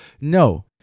no